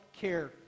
care